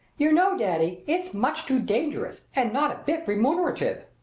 you know, daddy, it's much too dangerous and not a bit remunerative.